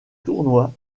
tournoi